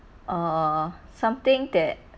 err something that